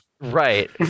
Right